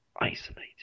isolated